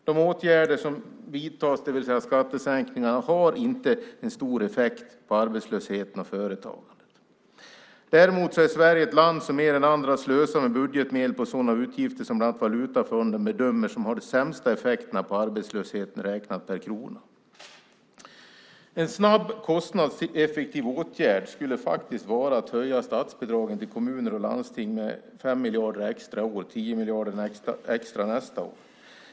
De åtgärder som vidtas, det vill säga skattesänkningarna, har inte stor effekt på arbetslösheten och företagen. Däremot är Sverige ett land som mer än andra slösar med budgetmedel på sådana utgifter som bland annat Valutafonden bedömer har de sämsta effekterna på arbetslöshet räknat per krona. En snabb kostnadseffektiv åtgärd skulle faktiskt vara att höja statsbidragen till kommuner och landsting med 5 miljarder extra i år och 10 miljarder extra nästa år.